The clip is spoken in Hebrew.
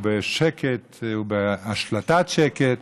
בשקט ובהשלטת שקט.